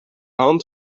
hand